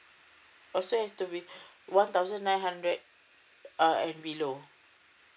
oh so is has to be one thousand nine hundred uh and below